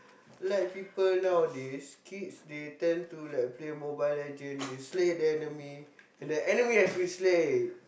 like people nowadays kids they tend to like play Mobile Legend they slay the enemy and then enemy has been slain